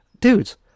dudes